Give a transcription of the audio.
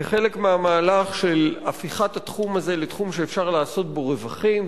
כחלק מהמהלך של הפיכת התחום הזה לתחום שאפשר לעשות בו רווחים,